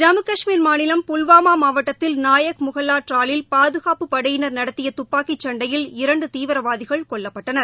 ஜம்மு கஷ்மீர் மாநிலம் புல்வாமா மாவட்டத்தில் நாயக் முஹல்லா டிராலில் பாதுகாப்பு படையினர் நடத்திய துப்பாக்கி சண்டையில் இரண்டு தீவிரவாதிகள் கொல்லப்பட்டனர்